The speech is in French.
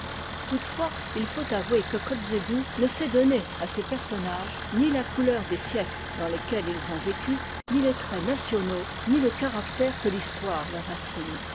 toutefois il faut avouer que kotzebue ne sait donner à ses personnages ni la couleur des siècles dans lesquels ils ont vécu ni les traits nationaux ni le caractère que l'histoire leur